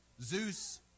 Zeus